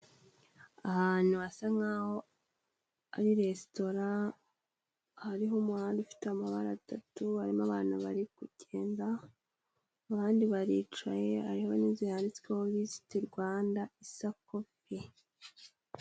Ahantu hasa nk'aho ari resitora, hariho umuhanda ufite amabara atatu, harimo abana bari kugenda, abandi baricaye, hariho n'inzu handitsweho Visiti Rwanda Isakopi.